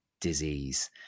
disease